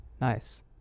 nice